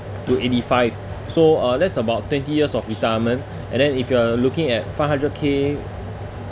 to eighty-five so uh that's about twenty years of retirement and then if you are looking at five hundred K